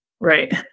Right